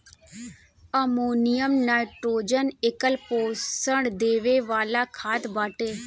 ammonium nitrogen एकल पोषण देवे वाला खाद बाटे